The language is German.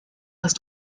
ist